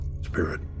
spirit